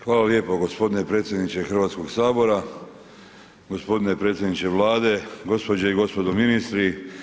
Hvala lijepo gospodine predsjedniče Hrvatskoga sabora, gospodine predsjedniče Vlade, gospođe i gospodo ministri.